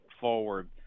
forward